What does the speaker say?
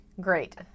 Great